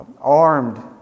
armed